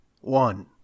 One